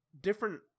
different